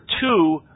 two